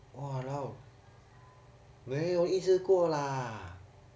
!walao! 没有一次过 lah